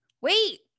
wait